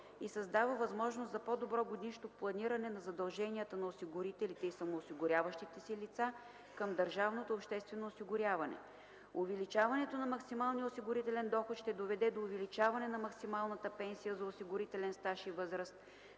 и създава възможност за по-добро годишно планиране на задълженията на осигурителните и самоосигуряващите се лица към държавното обществено осигуряване; - увеличаването на максималния осигурителен доход ще доведе до увеличаване на максималната пенсия за осигурителен стаж и възраст,